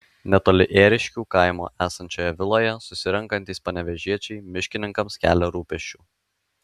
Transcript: netoli ėriškių kaimo esančioje viloje susirenkantys panevėžiečiai miškininkams kelia rūpesčių